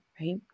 Right